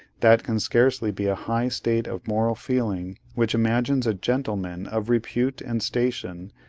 that can scarcely be a high state of moral feeling which imagines a gentleman of repute and station,